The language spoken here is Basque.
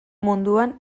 munduan